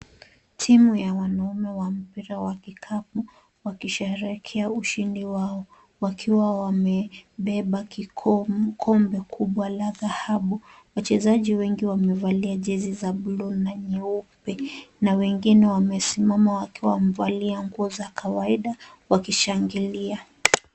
Timu ya wanaume wa mpira wa kikapu wakisherehekea ushindi wao, wakiwa wamebeba kombe kubwa la dhahabu. Wachezaji wengi wamevalia jezi za buluu na nyeupe na wengine wamesimama wakiwa wamevalia nguo za kawaida wakishangilia.